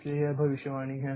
इसलिए यह भविष्यवाणी है